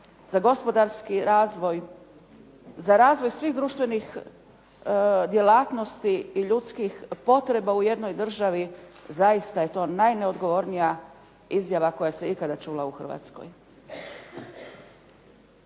za gospodarski razvoj, za razvoj svih društvenih djelatnosti i ljudskih potreba u jednoj državi zaista je to najneodgovornija izjava koja se ikada čula u Hrvatskoj.